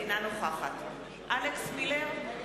אינה נוכחת אלכס מילר,